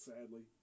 Sadly